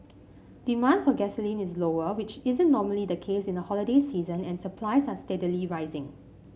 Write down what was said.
demand for gasoline is lower which isn't normally the case in the holiday season and supplies are steadily rising